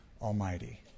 Almighty